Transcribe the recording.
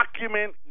document